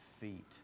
feet